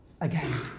again